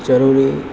જરૂરી